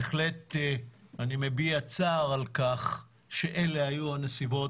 אני מביע צער על כך שאלה היו הנסיבות,